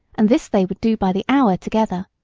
and this they would do by the hour together.